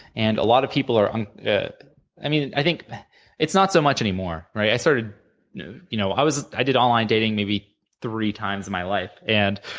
and a lot of people are um i mean i think it's not so much anymore, right? i started you know i was i did online dating maybe three times in my life, and